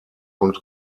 und